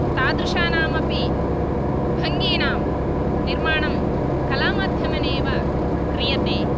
तादृशानामपि भङ्गीनां निर्माणं कलामाध्यमेनैव क्रियते